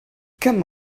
come